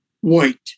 white